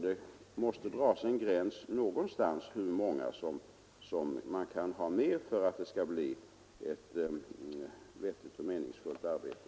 Det måste dras en gräns någonstans för hur många som man skall ha med för att det skall bli ett vettigt och meningsfullt arbete.